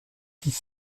dix